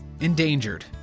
endangered